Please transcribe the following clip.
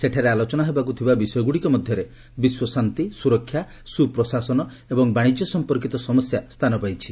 ସେଠାରେ ଆଲୋଚନା ହେବାକୁ ଥିବା ବିଷୟଗୁଡ଼ିକ ମଧ୍ୟରେ ବିଶ୍ୱଶାନ୍ତି ସୁରକ୍ଷା ସୁପ୍ରଶାସନ ଏବଂ ବାଣିଜ୍ୟ ସମ୍ପର୍କିତ ସମସ୍ୟା ସ୍ଥାନ ପାଇଛି